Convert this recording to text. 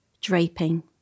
draping